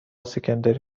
سکندری